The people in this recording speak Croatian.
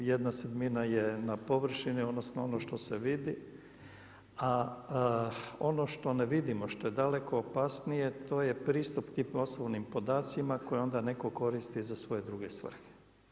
Jedna sedmina je na površini, odnosno ono što se vidi, a ono što ne vidimo što je daleko opasnije to je pristup tim osobnim podacima koje onda netko koristi za svoje druge svrhe.